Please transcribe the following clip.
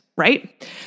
right